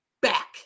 Back